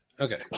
Okay